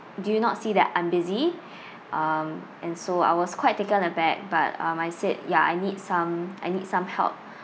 do you not see that I'm busy um and so I was quite taken aback but um I said ya I need some I need some help